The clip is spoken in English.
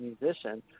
musician